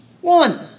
One